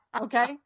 okay